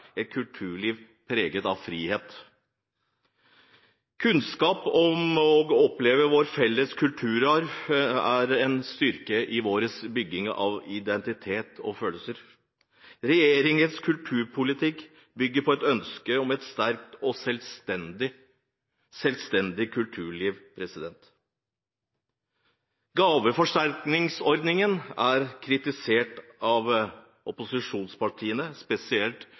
et kulturliv preget av frihet. Kunnskap om og det å oppleve vår felles kulturarv er en styrke i vår bygging av identitet og følelser. Regjeringens kulturpolitikk bygger på et ønske om et sterkt og selvstendig kulturliv. Gaveforsterkningsordningen er kritisert av opposisjonspartiene,